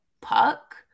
puck